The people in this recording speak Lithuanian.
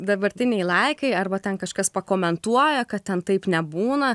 dabartiniai laikai arba ten kažkas pakomentuoja kad ten taip nebūna